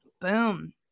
Boom